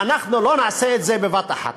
ואנחנו לא נעשה את זה בבת-אחת.